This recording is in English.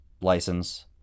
license